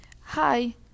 Hi